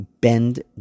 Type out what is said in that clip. bend